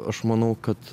aš manau kad